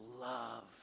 love